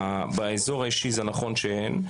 נכון שבאזור האישי אין,